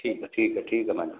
ठीक है ठीक है ठीक है मैडम